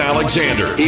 Alexander